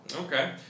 Okay